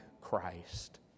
Christ